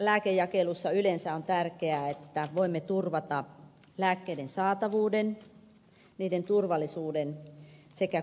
lääkejakelussa yleensä on tärkeää että voimme turvata lääkkeiden saatavuuden niiden turvallisuuden sekä kohtuullisen hinnan